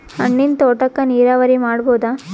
ಹಣ್ಣಿನ್ ತೋಟಕ್ಕ ನೀರಾವರಿ ಮಾಡಬೋದ?